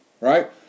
right